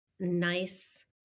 Nice